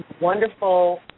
wonderful